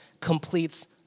completes